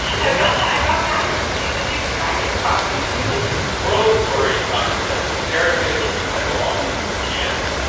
i brought i brought backups in case i didn't crack it properly moral of the story, thomas says, sarah is going to need to recycle all these cans,